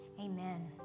Amen